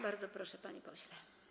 Bardzo proszę, panie pośle.